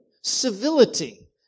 Civility